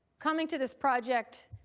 coming to this project,